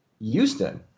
Houston